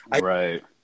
Right